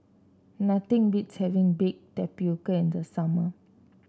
nothing beats having Baked Tapioca in the summer